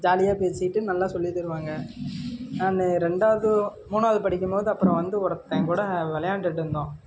ஜாலியாக பேசிக்கிட்டு நல்லா சொல்லி தருவாங்க நான் ரெண்டாவது மூணாவது படிக்கும்போது அப்புறம் வந்து ஒருத்தன் கூட வெளையாண்டுக்கிட்டு இருந்தோம்